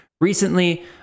recently